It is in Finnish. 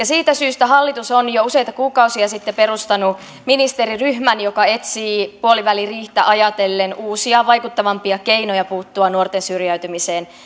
siitä syystä hallitus on jo useita kuukausia sitten perustanut ministeriryhmän joka etsii puoliväliriihtä ajatellen uusia vaikuttavampia keinoja puuttua nuorten syrjäytymiseen